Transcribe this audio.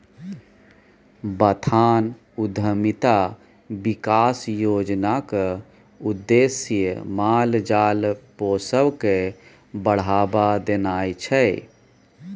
बथान उद्यमिता बिकास योजनाक उद्देश्य माल जाल पोसब केँ बढ़ाबा देनाइ छै